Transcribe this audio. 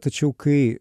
tačiau kai